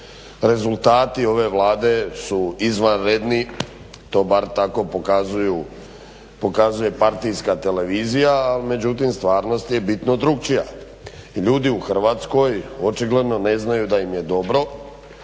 Rezultati ove Vlade su izvanredni, to bar tako pokazuje partijska televizija a međutim stvarnost je bitno drukčija. I ljudi u Hrvatskoj očigledno ne znaju da im je dobro,